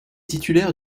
titulaire